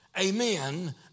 amen